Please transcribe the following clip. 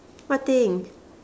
what thing